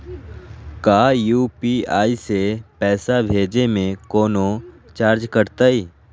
का यू.पी.आई से पैसा भेजे में कौनो चार्ज कटतई?